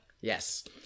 Yes